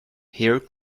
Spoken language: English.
here